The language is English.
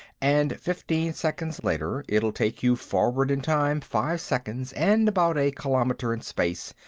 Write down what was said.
and fifteen seconds later it'll take you forward in time five seconds and about a kilometer in space,